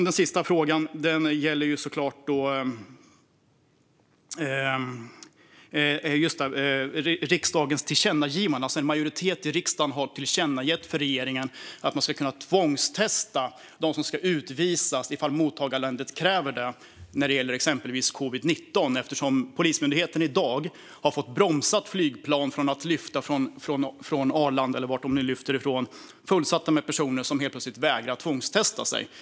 Den sista frågan gäller såklart riksdagens tillkännagivande. En majoritet i riksdagen har alltså tillkännagett för regeringen att man ska kunna tvångstesta dem som ska utvisas ifall mottagarlandet kräver det när det gäller exempelvis covid-19. Detta eftersom Polismyndigheten i dag har fått stoppa flygplan från att lyfta från Arlanda eller var de nu lyfter från fullsatta med personer som helt plötsligt vägrar testa sig.